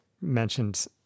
mentioned